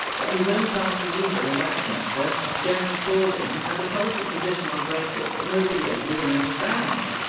but his own party leader in westminster, jeremy corbyn, has a policy position on brexit that nobody ah even understands.